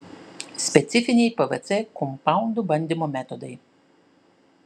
specifiniai pvc kompaundų bandymo metodai